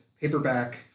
paperback